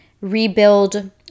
rebuild